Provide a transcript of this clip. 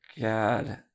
God